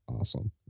awesome